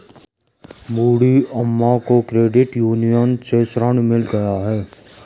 बूढ़ी अम्मा को credit union से ऋण मिल गया है